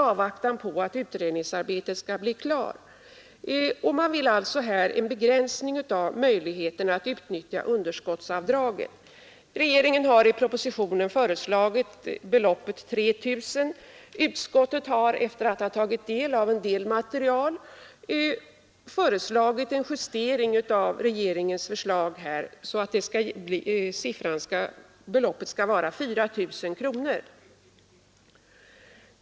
Man vill alltså här begränsa möjligheten att utnyttja underskottsavdraget. Regeringen har i propositionen föreslagit beloppet 3 000 kronor. Utskottet har, efter att ha tagit del av en del material, föreslagit en justering av regeringens förslag, så att beloppet blir 4 000 kronor.